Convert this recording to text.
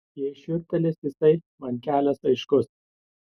jei šiurptelės jisai man kelias aiškus